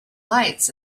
lights